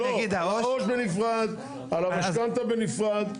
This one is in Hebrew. לא, העו"ש בנפרד, על המשכנתה בנפרד.